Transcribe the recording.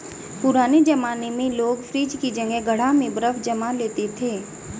पुराने जमाने में लोग फ्रिज की जगह घड़ा में बर्फ जमा लेते थे